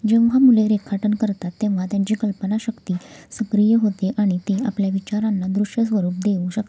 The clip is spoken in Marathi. जेव्हा मुले रेखाटन करतात तेव्हा त्यांची कल्पनाशक्ती सक्रिय होते आणि ते आपल्या विचारांना दृश्यस्वरूप देऊ शकतात